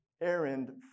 errand